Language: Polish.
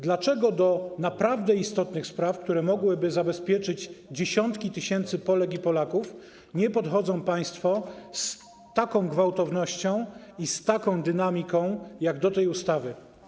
Dlaczego do naprawdę istotnych spraw, które mogłyby zabezpieczyć dziesiątki tysięcy Polek i Polaków, nie podchodzą państwo z taką gwałtownością i z taką dynamiką jak do tej ustawy?